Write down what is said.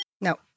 No